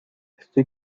estoy